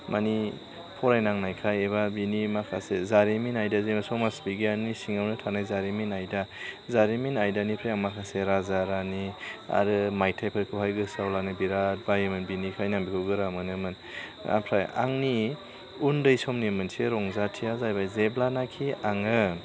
मानि फरायनांनायखाय एबा बिनि माखासे जारिमिन आयदाजों समाज बिगियाननि सिङावनो थानाय जारिमिन आयदा जारिमिन आयदानिफ्राय माखासे राजा रानि आरो माइथायफोरखौहाय गोसोआव लानो बिराद बायोमोन बेनिखायनो आङो बेखौ गोरा मोनोमोन ओमफ्राय आंनि उन्दै समनि मोनसे रंजाथिया जाहैबाय जेब्लानाखि आङो